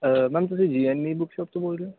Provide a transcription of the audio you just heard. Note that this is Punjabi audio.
ਮੈਮ ਤੁਸੀਂ G N E book shop ਤੋਂ ਬੋਲ ਰਹੇ ਹੋ